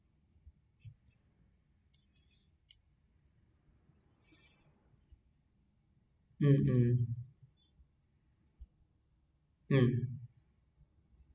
mm